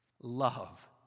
Love